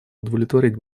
удовлетворить